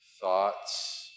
thoughts